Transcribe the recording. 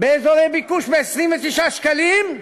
באזורי ביקוש ב-29 שקלים,